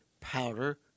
powder